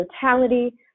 totality